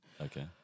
Okay